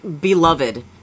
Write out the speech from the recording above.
beloved